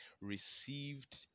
received